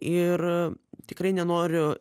ir tikrai nenoriu